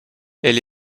elle